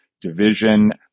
Division